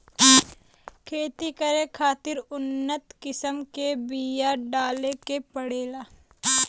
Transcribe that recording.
खेती करे खातिर उन्नत किसम के बिया डाले के पड़ेला